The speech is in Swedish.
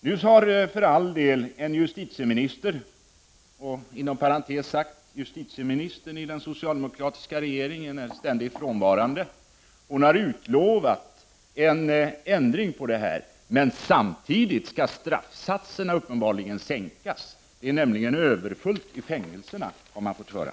Nu har för all del justitieministern — inom parentes sagt är hon ständigt frånvarande — utlovat en ändring av detta, men samtidigt skall straffsatserna uppenbarligen sänkas. Det är nämligen överfullt i fängelserna har vi fått höra.